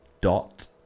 dot